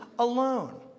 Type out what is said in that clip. alone